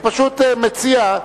אני פשוט מציע,